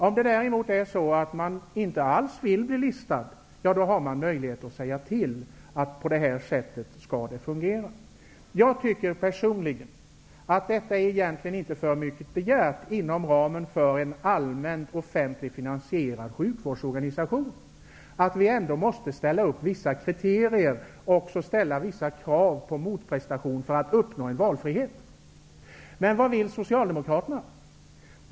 Om man däremot inte alls vill bli listad har man möjlighet att säga ifrån. På det här sättet skall det fungera. Personligen tycker jag att det egentligen inte är för mycket begärt att, inom ramen för en allmän offentligt finansierad sjukvårdsorganisation, ändå ställa upp vissa kriterier och ställa vissa krav på motprestation för att uppnå en valfrihet. Men vad vill Socialdemokraterna?